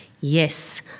Yes